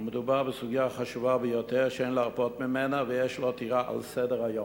מדובר בסוגיה חשובה ביותר שאין להרפות ממנה ויש להותירה על סדר-היום.